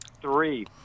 three